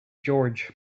george